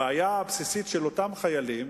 הבעיה הבסיסית של אותם חיילים,